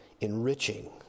enriching